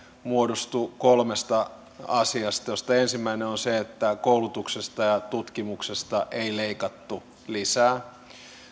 muodostuu kolmesta asiasta joista ensimmäinen on se että koulutuksesta ja tutkimuksesta ei leikattu lisää